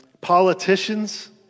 Politicians